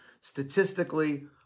statistically